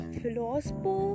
philosophy